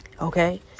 Okay